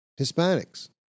Hispanics